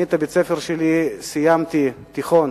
סיימתי תיכון